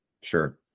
Sure